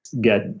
get